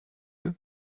eux